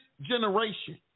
generation